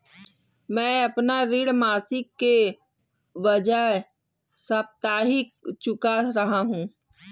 मैं अपना ऋण मासिक के बजाय साप्ताहिक चुका रहा हूँ